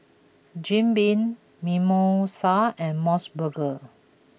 Jim Beam Mimosa and M O S Burger